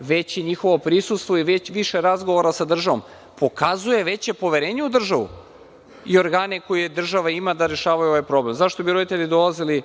veće njihovo prisustvo, više razgovora sa državom, pokazuje veće poverenje u državu i organe koje država ima da rešavaju ovaj problem. Zašto bi roditelji dolazili